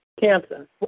cancer